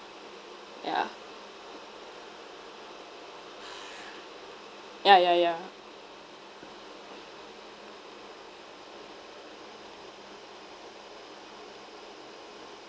yeah ya ya ya